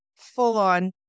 full-on